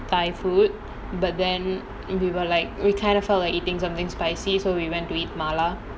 thailand food but then we were like we kind of feel like eating something spicy so we went to eat mala